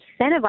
incentivize